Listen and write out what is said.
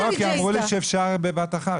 לא, כי אמרו לי שאפשר בבת אחת.